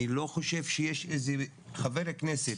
אני לא חושב שיש איזה חבר כנסת,